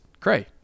Cray